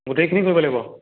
গোটেইখিনি কৰিব লাগিব